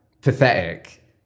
pathetic